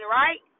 right